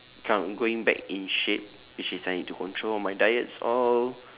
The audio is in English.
come going back in shape which is I need to control my diets all